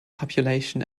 population